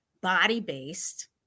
body-based